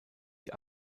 die